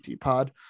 Pod